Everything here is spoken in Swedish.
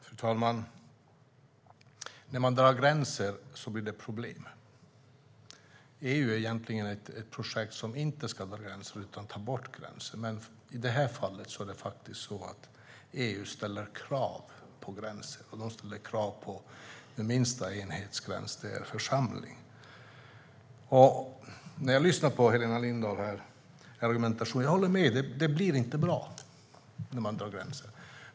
Fru talman! När man drar gränser blir det problem. EU är egentligen ett projekt som inte ska dra gränser utan ta bort gränser. Men i detta fall är det så att EU ställer krav på gränser, och det ställer krav på den minsta enhetsgränsen: församling. När jag lyssnar på Helena Lindahls argument håller jag med: Det blir inte bra när man drar gränser.